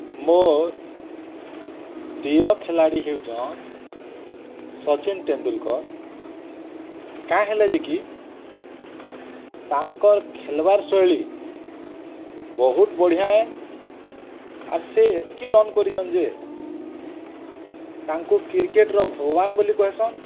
ମୋର୍ ପ୍ରିୟ ଖେଳାଳି ହେଉଛନ୍ ସଚିନ୍ ତେନ୍ଦୁଲକର୍ କାଁ ହେଲାଯାକି ତାଙ୍କର୍ ଖେଳବାର୍ ଶୈଳୀ ବହୁତ ବଢ଼ିଆ ଆର୍ ସେ ଏତିକ ରନ୍ କରିଛନ୍ ଯେ ତାଙ୍କୁ କ୍ରିକେଟର୍ ଭଗବାନ୍ ବୋଲି କହିସନ୍